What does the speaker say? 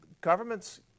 governments